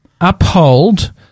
uphold